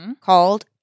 called